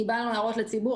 קיבלנו הערות הציבור,